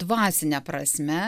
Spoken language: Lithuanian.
dvasine prasme